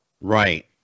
Right